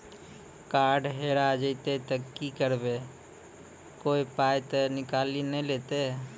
Card हेरा जइतै तऽ की करवै, कोय पाय तऽ निकालि नै लेतै?